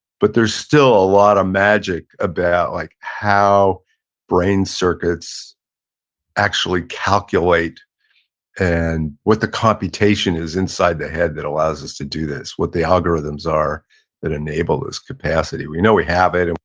but there's still a lot of magic about like how brain circuits actually calculate and what the computation is inside the head that allows us to do this, what the algorithms are that enable this capacity. we know we have it, and